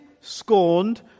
scorned